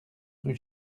rue